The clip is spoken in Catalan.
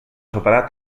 superar